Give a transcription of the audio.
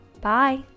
Bye